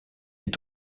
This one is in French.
est